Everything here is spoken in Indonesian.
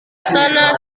sana